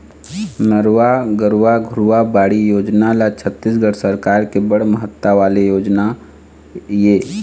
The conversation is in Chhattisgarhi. नरूवा, गरूवा, घुरूवा, बाड़ी योजना ह छत्तीसगढ़ सरकार के बड़ महत्ता वाले योजना ऐ